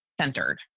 centered